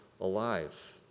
alive